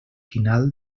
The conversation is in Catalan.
final